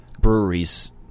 breweries